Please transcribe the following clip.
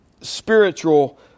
spiritual